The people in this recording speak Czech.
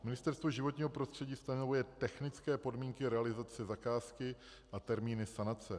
Ministerstvo životního prostředí stanovuje technické podmínky realizace zakázky a termíny sanace.